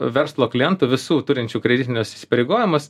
verslo klientų visų turinčių kreditinius įsipareigojimus